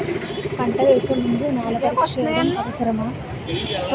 పంట వేసే ముందు నేల పరీక్ష చేయటం అవసరమా?